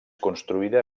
construïda